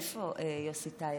איפה יוסי טייב,